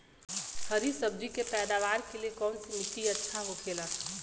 हरी सब्जी के पैदावार के लिए कौन सी मिट्टी अच्छा होखेला?